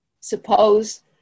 suppose